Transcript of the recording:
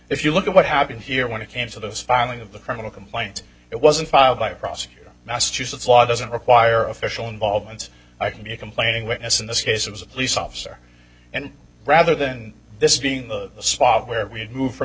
if you look at what happened here when it came to the filing of the criminal complaint it wasn't filed by a prosecutor massachusetts law doesn't require official involvement i can be complaining witness in this case it was a police officer and rather than this being the spot where we had moved from